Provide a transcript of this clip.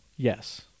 Yes